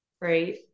Right